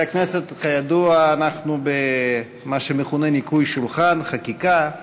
אנחנו, כידוע, במה שמכונה "ניקוי שולחן חקיקה".